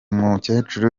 mukecuru